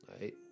right